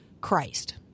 Christ